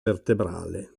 vertebrale